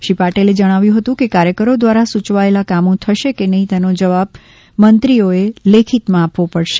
શ્રી પાટિલે જણાવ્યું હતું કે કાર્યકરો દ્વારા સૂચવાયેલા કામો થશે કે નહીં તેનો જવાબ મંત્રીઓ એ લેખિતમાં આપવો પડશે